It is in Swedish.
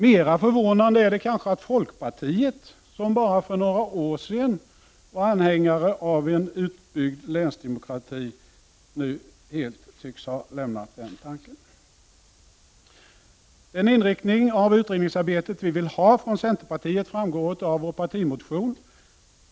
Mera förvånande är att folkpartiet, som bara för några år sedan var anhängare av en utbyggd länsdemokrati, nu helt tycks ha lämnat den tanken. Den inriktning på utredningsarbetet som vi vill ha från centerpartiet framgår av vår partimotion.